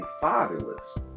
fatherless